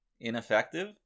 ineffective